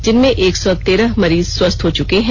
जिनमें एक सौ तेरह मरीज स्वस्थ हो चुके हैं